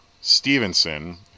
Stevenson